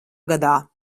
gadā